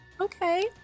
Okay